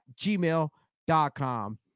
gmail.com